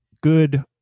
good